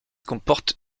comporte